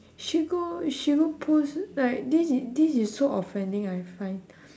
she go she go post like this is this is so offending I find